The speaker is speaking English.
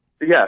Yes